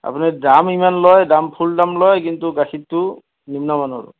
আপুনি দাম ইমান লয় দাম ফুল দাম লয় কিন্তু গাখীৰটো নিম্ন মানৰ